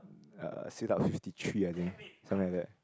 uh sit up fifty three I think something like that